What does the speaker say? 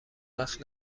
وقت